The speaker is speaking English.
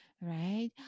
right